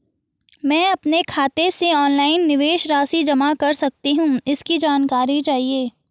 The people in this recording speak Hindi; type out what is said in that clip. मैं अपने खाते से ऑनलाइन निवेश राशि जमा कर सकती हूँ इसकी जानकारी चाहिए?